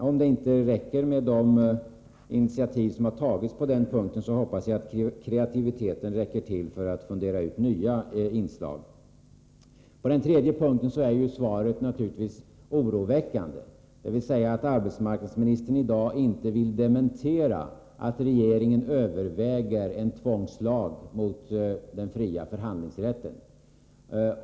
Om det inte räcker med de initiativ som tagits hoppas jag att kreativiteten räcker till för att fundera ut nya inslag. På den tredje punkten är svaret naturligtvis oroväckande, dvs. att arbetsmarknadsministern i dag inte vill dementera att regeringen överväger en tvångslag mot den fria förhandlingsrätten.